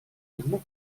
alguma